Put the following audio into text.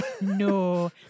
No